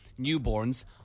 newborns